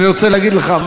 אני רוצה להגיד לך,